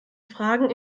fragen